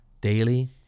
daily